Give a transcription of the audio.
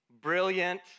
brilliant